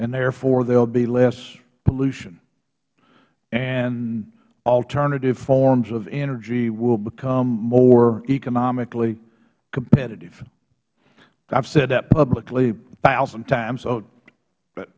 and therefore there will be less pollution and alternative forms of energy will become more economically competitive i have said that publicly a thousand times